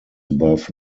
above